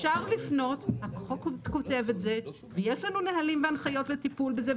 אפשר לפנות החוק כותב את זה ויש לנו נהלים והנחיות לטיפול בזה,